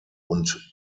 und